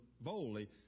boldly